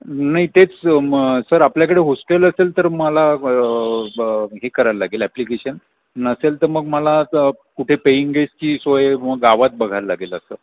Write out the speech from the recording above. नाही तेच मग सर आपल्याकडे होस्टेल असेल तर मला ब हे करायला लागेल ॲप्लिकेशन नसेल तर मग मला कुठे पेइंगगेसची सोय व गावात बघायला लागेल असं